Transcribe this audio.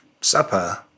supper